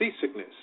seasickness